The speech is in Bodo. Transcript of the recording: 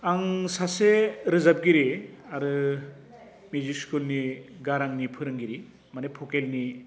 आं सासे रोजाबगिरि आरो मिउजिक स्कुलनि गारांनि फोरोंगिरि माने भकेलनि